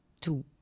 two